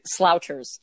Slouchers